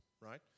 right